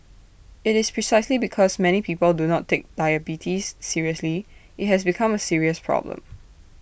IT is precisely because many people do not take diabetes seriously that IT has become A serious problem